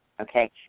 Okay